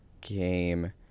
game